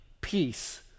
peace